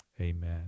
amen